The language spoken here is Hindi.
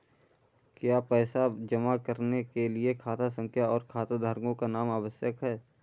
क्या पैसा जमा करने के लिए खाता संख्या और खाताधारकों का नाम आवश्यक है?